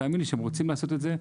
תאמינו לי שהם רוצים לעשות את זה.